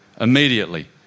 Immediately